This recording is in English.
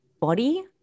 body